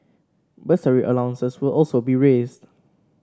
bursary allowances will also be raised